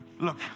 Look